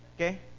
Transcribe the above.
Okay